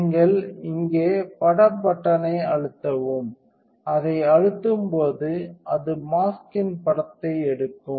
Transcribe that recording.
நீங்கள் இங்கே படப் பட்டனை அழுத்தவும் அதை அழுத்தும்போது அது மாஸ்க்யின் படத்தை எடுக்கும்